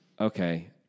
Okay